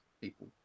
people